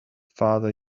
father